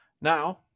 Now